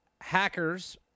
Hackers